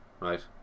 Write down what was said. right